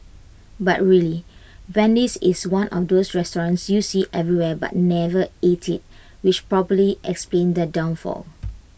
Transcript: but really Wendy's is one of those restaurants you see everywhere but never ate at which probably explains their downfall